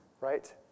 Right